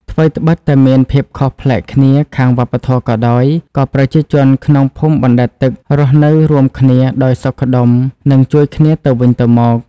ថ្វីត្បិតតែមានភាពខុសប្លែកគ្នាខាងវប្បធម៌ក៏ដោយ ក៏ប្រជាជនក្នុងភូមិបណ្ដែតទឹករស់នៅរួមគ្នាដោយសុខដុមនិងជួយគ្នាទៅវិញទៅមក។